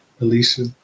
Alicia